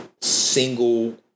single